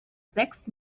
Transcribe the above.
sechs